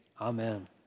amen